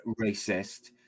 racist